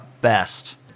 best